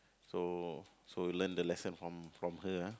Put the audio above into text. so so learn the lesson from from her !huh!